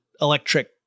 electric